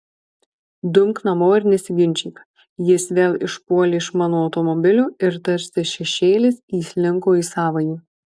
dumk namo ir nesiginčyk jis vėl išpuolė iš mano automobilio ir tarsi šešėlis įslinko į savąjį